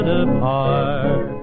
apart